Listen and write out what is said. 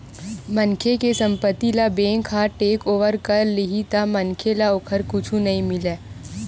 मनखे के संपत्ति ल बेंक ह टेकओवर कर लेही त मनखे ल ओखर कुछु नइ मिलय